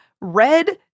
red